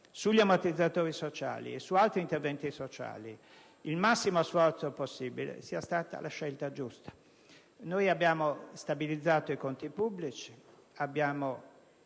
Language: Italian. sugli ammortizzatori sociali e su altri interventi sociali il massimo sforzo possibile sia stata la scelta giusta. Abbiamo stabilizzato i conti pubblici. Abbiamo